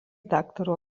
daktaro